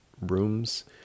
rooms